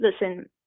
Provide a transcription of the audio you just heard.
listen